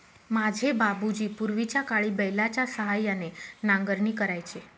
माझे बाबूजी पूर्वीच्याकाळी बैलाच्या सहाय्याने नांगरणी करायचे